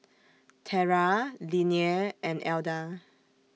Tera Linnea and Elda